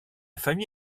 famille